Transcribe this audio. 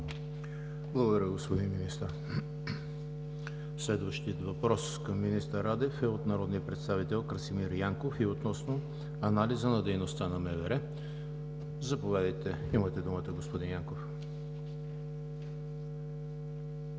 Благодаря, господин Министър. Следващият въпрос към министър Радев е от народния представител Красимир Янков и е относно анализът на дейността на МВР. Заповядайте – имате думата, господин Янков.